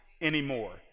anymore